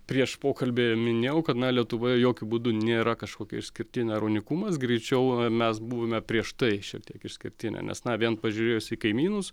prieš pokalbį minėjau kad na lietuvoje jokiu būdu nėra kažkokia išskirtinė ar unikumas greičiau mes buvome prieš tai šiek tiek išskirtinė nes na vien pažiūrėjus į kaimynus